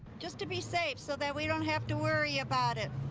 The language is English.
just to be safe. so that we don't have to worry about it.